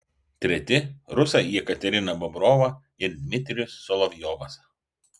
treti rusai jekaterina bobrova ir dmitrijus solovjovas